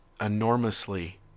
enormously